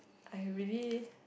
I really